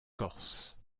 corse